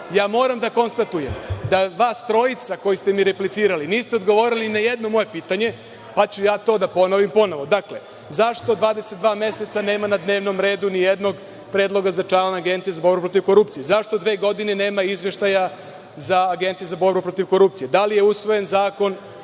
šta. Moram da konstatujem da vas trojica koji ste mi replicirali niste odgovorili ni na jedno moje pitanje, pa ću ja to da ponovim ponovo. Dakle, zašto 22 meseca nema na dnevnom redu ni jednog predloga za člana Agencije za borbu protiv korupcije? Zašto dve godine nema izveštaja za Agenciju za borbu protiv korupcije? Da li je usvojen zakon